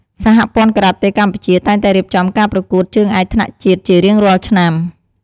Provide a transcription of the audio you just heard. សហព័ន្ធការ៉ាតេកម្ពុជាតែងតែរៀបចំការប្រកួតជើងឯកថ្នាក់ជាតិជារៀងរាល់ឆ្នាំ។